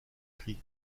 christ